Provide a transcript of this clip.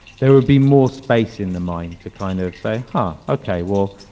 there would be more space in the mind to kind of say, ha, okay. well,